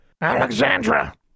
Alexandra